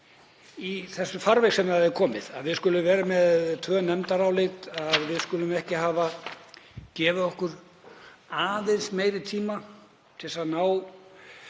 í þeim farvegi sem það er komið í; að við skulum vera með tvö nefndarálit, að við skulum ekki hafa gefið okkur aðeins meiri tíma til að ná víðtækri sátt um það.